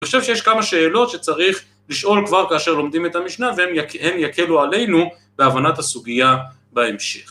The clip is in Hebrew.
‫אני חושב שיש כמה שאלות שצריך ‫לשאול כבר כאשר לומדים את המשנה, ‫והם יקלו עלינו בהבנת הסוגיה בהמשך.